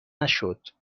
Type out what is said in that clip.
نشد